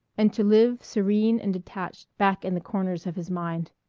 and to live serene and detached back in the corners of his mind.